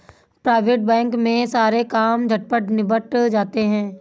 private bank में सारे काम झटपट निबट जाते हैं